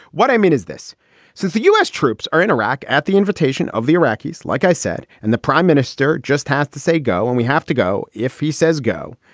what i mean is this since the u s. troops are in iraq at the invitation of the iraqis. like i said, and the prime minister just has to say go and we have to go. if he says go,